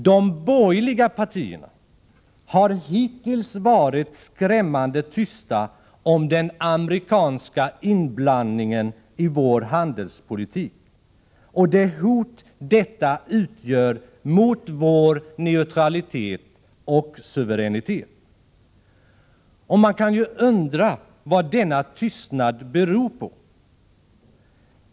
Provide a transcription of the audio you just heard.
De borgerliga partierna har hittills varit skrämmande tysta om den amerikanska inblandningen i vår handelspolitik och det hot denna utgör mot vår neutralitet och suveränitet. Och man kan undra vad denna tystnad beror på.